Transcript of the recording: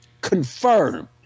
confirmed